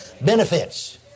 Benefits